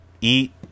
eat